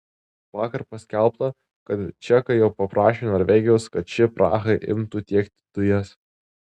vakar paskelbta kad čekai jau paprašė norvegijos kad ši prahai imtų tiekti dujas